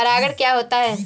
परागण क्या होता है?